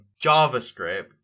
JavaScript